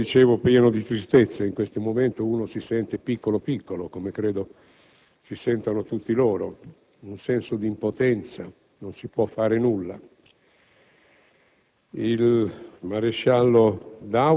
con il cuore pieno di tristezza. In questo momento uno si sente veramente piccolo, come credo vi sentiate tutti voi: un senso di impotenza, non si può fare nulla.